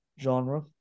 genre